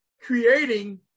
creating